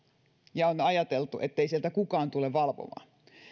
ja on ajateltu ettei sitä kukaan tule valvomaan